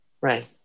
Right